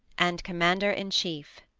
and commander in chief.